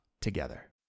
together